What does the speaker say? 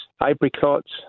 apricots